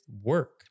work